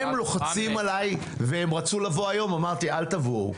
הם לוחצים עליי והם רצו לבוא היום אמרתי: אל תבואו,